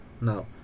now